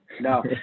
No